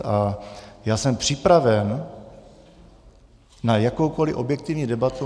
A jsem připraven na jakoukoli objektivní debatu.